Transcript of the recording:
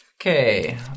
Okay